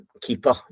keeper